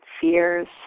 fears